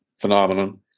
phenomenon